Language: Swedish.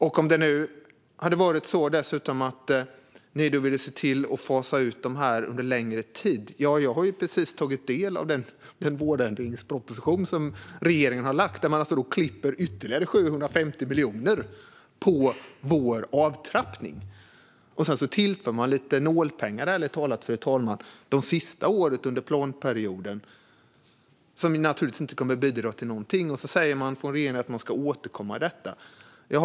Om det nu dessutom var så att ni ville fasa ut byggsubventionerna under längre tid - ja, jag har precis tagit del av den vårändringsproposition som regeringen har lagt fram, och där klipper man bort ytterligare 750 miljoner från vår avtrappning. Sedan tillför man lite pengar - ärligt talat nålpengar, fru talman - det sista året av planperioden, som naturligtvis inte kommer att bidra till någonting, och säger att regeringen ska återkomma om detta.